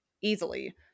easily